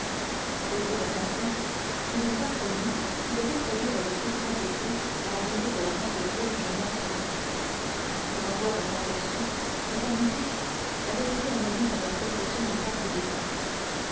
au bout d'un instant une symphonie qui devait produire le plus grand effet à l'arrivée de la sainte vierge manqua gringoire s'aperçut que sa musique avait été emmenée par la procession du pape